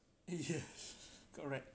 eh yes correct